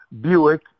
Buick